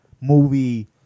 movie